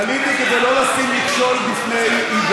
ערבית שפתם של,